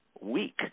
week